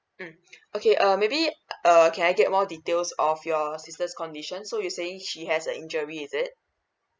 mm okay okay uh maybe err can I get more details of your sisters condition so you saying she has a injury is it